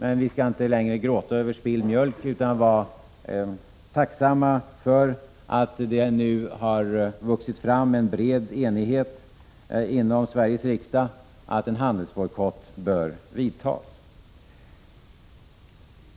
Men vi skall inte längre gråta över spilld mjölk utan vara tacksamma för att det nu har vuxit fram en bred enighet inom Sveriges riksdag om att en handelsbojkott bör genomföras.